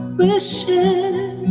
wishing